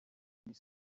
muri